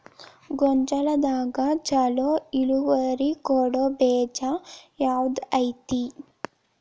ಗೊಂಜಾಳದಾಗ ಛಲೋ ಇಳುವರಿ ಕೊಡೊ ಬೇಜ ಯಾವ್ದ್ ಐತಿ?